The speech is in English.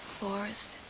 forrest,